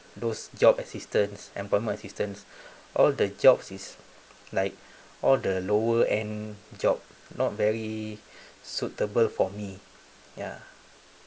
those job assistance employment assistance all the jobs is like all the lower ending job not very suitable for me ya